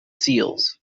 seals